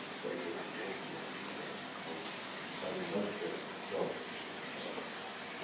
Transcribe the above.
that the emotion of the man comes and manifests itself through the sound of the man.